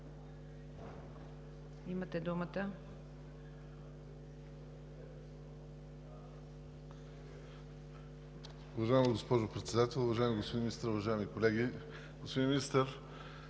(ДПС): Уважаема госпожо Председател, уважаеми господин Министър, уважаеми колеги! Господин Министър,